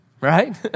right